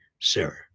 sir